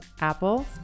Apple